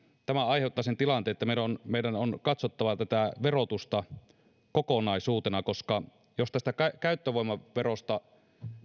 tämä aiheuttaa sen tilanteen että meidän on meidän on katsottava verotusta kokonaisuutena koska jos käyttövoimaverosta